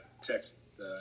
text